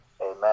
Amen